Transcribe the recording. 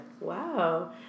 Wow